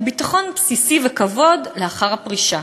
וביטחון בסיסי וכבוד לאחר הפרישה,